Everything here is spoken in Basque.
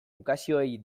ukazioei